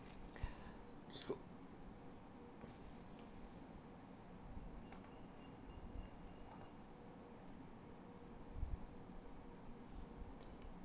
so